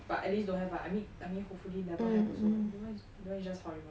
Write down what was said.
but at least don't have ah I mean I mean hopefully never have also otherwise you know it's just horrible